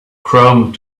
chrome